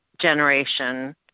generation